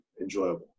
enjoyable